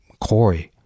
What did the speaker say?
Corey